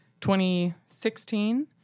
2016